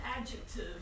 adjective